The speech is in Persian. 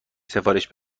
سفارش